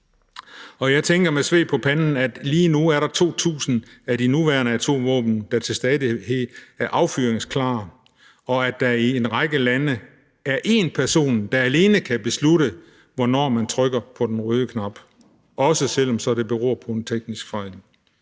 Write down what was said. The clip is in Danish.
Jeg tænker med sved på panden, at der lige nu er 2.000 af de nuværende atomvåben, der til stadighed er affyringsklar, og at der i en række lande er én person, der alene kan beslutte, hvornår man trykker på den røde knap, også selv om det så beror på en teknisk fejl.